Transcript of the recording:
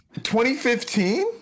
2015